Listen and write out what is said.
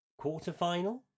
quarterfinal